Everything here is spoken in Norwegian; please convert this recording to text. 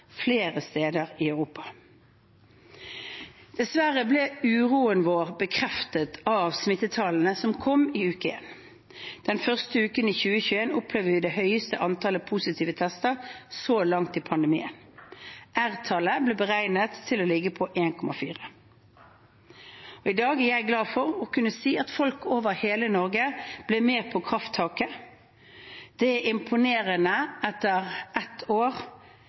flere steder i Europa. Dessverre ble uroen vår bekreftet av smittetallene som kom i uke 1. Den første uken i 2021 opplevde vi det høyeste antallet positive tester så langt i pandemien. R-tallet ble da beregnet til å ligge på 1,4. I dag er jeg glad for å kunne si at folk over hele Norge ble med på krafttaket. Det er imponerende etter nesten ett år